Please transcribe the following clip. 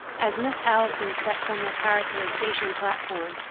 as miss allison stepped from the car to the station platform,